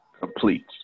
Complete